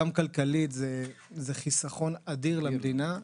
גם כלכלית זה חיסכון אדיר למדינה,